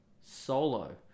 Solo